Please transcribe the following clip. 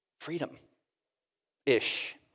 freedom-ish